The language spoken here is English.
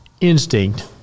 instinct